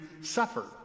suffer